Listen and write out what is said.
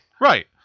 Right